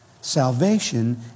Salvation